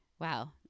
Wow